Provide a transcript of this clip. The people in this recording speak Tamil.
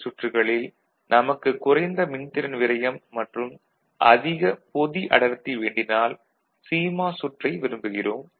எல் சுற்றுகளில் நமக்கு குறைந்த மின்திறன் விரயம் மற்றும் அதிக பொதி அடர்த்தி வேண்டினால் சிமாஸ் சுற்றை விரும்புகிறோம்